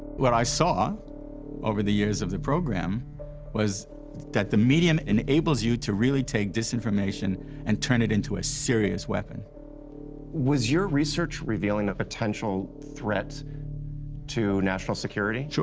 what i saw over the years of the program was that the medium enables you to really take disinformation and turn it into a serious weapon. jacoby was your research revealing a potential threat to national security? sure,